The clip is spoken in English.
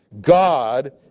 God